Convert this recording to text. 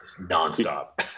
non-stop